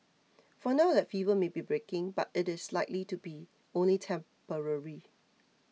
for now that fever may be breaking but it is likely to be only temporary